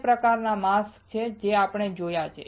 બે પ્રકારના માસ્ક છે જે આપણે જોયા છે